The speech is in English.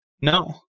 No